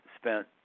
spent